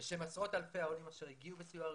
בשם עשרות אלפי העולים אשר הגיעו בסיוע הארגון,